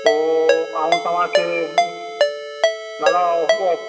पोइ ऐं तव्हां खे दादा ऑफ ऑफ